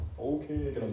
Okay